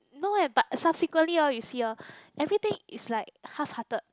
no leh but subsequently lor you see hor everything is like half hearted